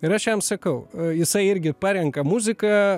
ir aš jam sakau jisai irgi parenka muziką